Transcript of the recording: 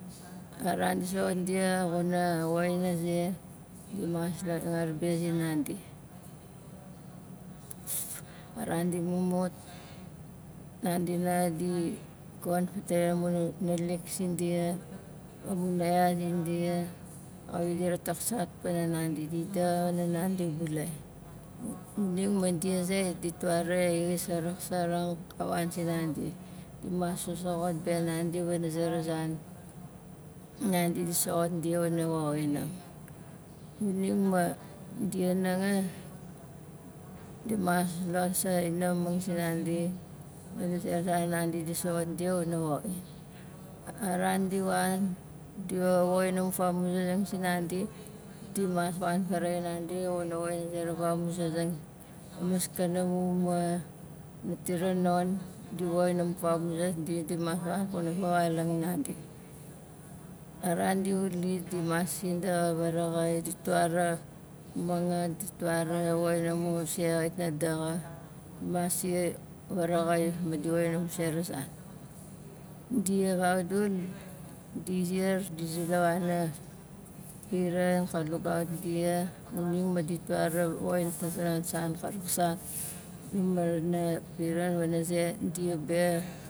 A ran di soxot dia xuna woxin a ze di mas langar be zinandi ma ran di mumut nandi nanga di gon amu naalik sindia amu yaya zindia kawik dit taksaat pana nandi di daxa wana nandi bulai xuning ma dia zait ditwa rai lis a raksarang ka wan sinandi gu mas sasoxot be nandi wana zera zan nandi di soxot dia wana woxinang xuning ma dia nanga di mas los a i naxamang sinandi pana zera zan nandi di soxot dia xuna woxin a ran di wan di wa woxin amu famuzasang sinandi di mas wan faraxain nandi xuna woxin a zera vamuzazing maskana mu uma la tira non di woxin amu famuzas di dimas wan kuna vawaulang nandi a ran di wut lis dimas sindaxa vaaraxai di store mangat di store amu se xawik na daxa mas siar vaaraxai ma di woxin amu se ra zan dia vaudul di siar di zi la wana piran ka lugaut dia xuning ma ditwa ra woxin san ka raksaat la marana piran wana ze dia be